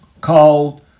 called